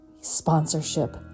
sponsorship